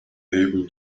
able